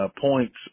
points